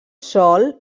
sol